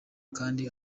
kandi